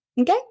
okay